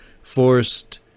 forced